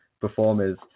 performers